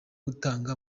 gutanga